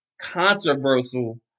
controversial